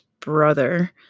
brother